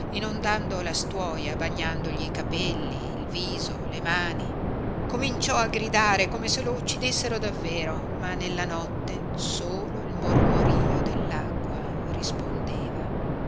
inondando la stuoia bagnandogli i capelli il viso le mani cominciò a gridare come se lo uccidessero davvero ma nella notte solo il mormorio dell'acqua rispondeva